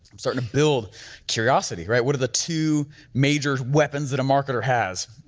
i'm starting to build curiosity, right, what are the two major weapons that a marketer has?